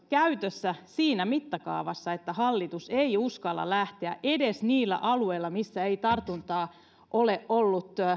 käytössä siinä mittakaavassa niin että hallitus ei uskalla lähteä edes niillä alueilla missä ei tartuntaa ole ollut